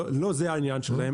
לא זה העניין שלהם.